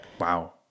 Wow